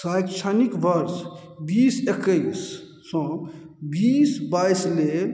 शैक्षणिक बर्ष बीस एकैस सँ बीस बाइस लेल